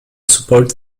support